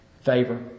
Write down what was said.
Favor